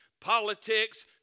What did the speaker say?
politics